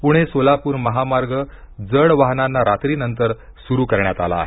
पुणे सोलापुर महामार्ग जड वाहनांना रात्रीनंतर सुरू करण्यात आला आहे